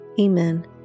Amen